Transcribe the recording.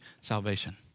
salvation